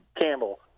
Campbell